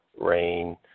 rain